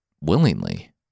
willingly